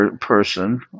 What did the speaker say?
person